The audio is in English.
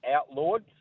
Outlawed